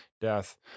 death